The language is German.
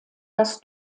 dass